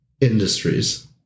Industries